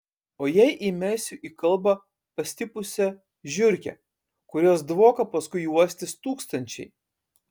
o jei įmesiu į kalbą pastipusią žiurkę kurios dvoką paskui uostys tūkstančiai